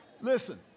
Listen